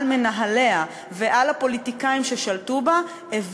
על מנהליה ועל הפוליטיקאים ששלטו בה,